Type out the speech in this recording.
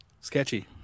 sketchy